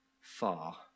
far